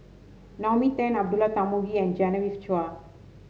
Naomi Tan Abdullah Tarmugi and Genevieve Chua